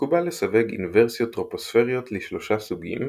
מקובל לסווג אינוורסיות טרופוספריות ל-3 סוגים,